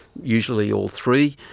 usually all three,